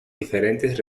diferentes